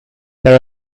there